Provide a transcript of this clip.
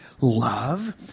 Love